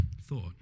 thought